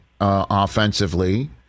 offensively